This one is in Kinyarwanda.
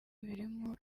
birimo